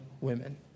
women